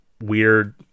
weird